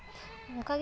ᱚᱱᱠᱟᱜᱮ